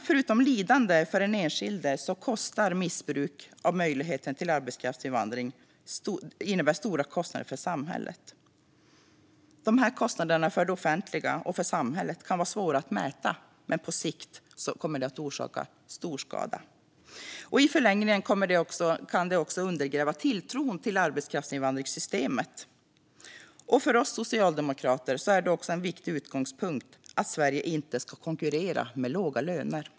Förutom lidande för den enskilde innebär missbruk av möjligheten till arbetskraftsinvandring stora kostnader för samhället. Dessa kostnader för det offentliga och för samhället kan vara svåra att mäta, men på sikt kommer de att orsaka stor skada. I förlängningen kan det också undergräva tilltron till arbetskraftsinvandringssystemet. För oss socialdemokrater är det också en viktig utgångspunkt att Sverige inte ska konkurrera med låga löner.